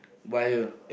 via